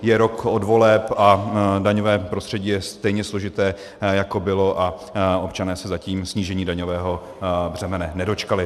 Je rok od voleb a daňové prostředí je stejně složité, jako bylo, a občané se zatím snížení daňového břemene nedočkali.